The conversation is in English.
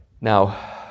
Now